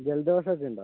ജലദോഷം ഒക്കെ ഉണ്ടോ